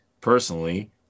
personally